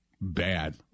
bad